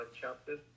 Chapter